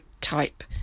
type